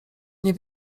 nie